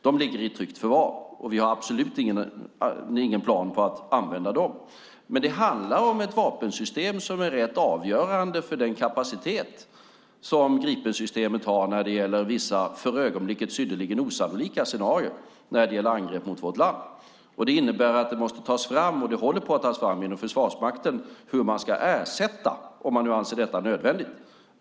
De ligger i tryggt förvar, och vi har absolut ingen plan på att använda dem. Det handlar dock om ett vapensystem som är rätt avgörande för den kapacitet Gripensystemet har för vissa, för ögonblicket synnerligen osannolika, scenarier när det gäller angrepp mot vårt land. Det innebär att man måste ta fram - och det håller på att tas fram inom Försvarsmakten - hur man ska ersätta den kapaciteten, om man nu anser det nödvändigt.